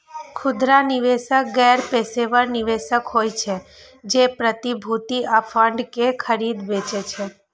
खुदरा निवेशक गैर पेशेवर निवेशक होइ छै, जे प्रतिभूति आ फंड कें खरीदै बेचै छै